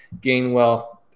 gainwell